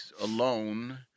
alone